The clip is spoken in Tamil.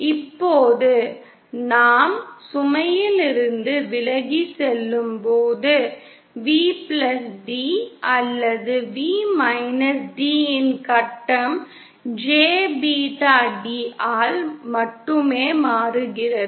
இப்போது நாம் சுமையிலிருந்து விலகிச் செல்லும்போது Vd அல்லது V d இன் கட்டம் jபீட்டாd ஆல் மட்டுமே மாறுகிறது